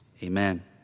Amen